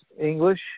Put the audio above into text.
English